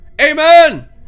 amen